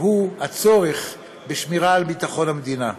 הצורך בשמירה על ביטחון המדינה.